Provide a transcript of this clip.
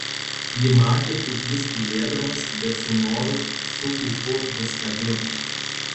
ji matė kaip jis tylėdamas bet su noru su ūpu viską dirba